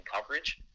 coverage